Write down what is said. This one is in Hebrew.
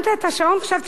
חשבתי שעוד לא הדלקת אותו.